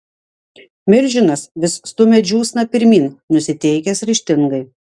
milžinas vis stumia džiūsną pirmyn nusiteikęs ryžtingai